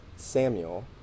Samuel